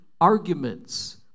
arguments